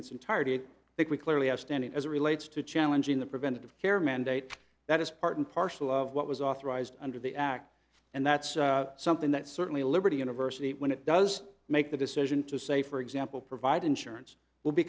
its entirety that we clearly have standing as relates to challenging the preventative care mandate that is part and parcel of what was authorized under the act and that's something that certainly liberty university when it does make the decision to say for example provide insurance will be